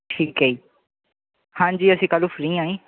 ਠੀਕ ਹੈ ਜੀ ਹਾਂਜੀ ਅਸੀਂ ਕੱਲ੍ਹ ਨੂੰ ਫਰੀ ਹਾਂ ਜੀ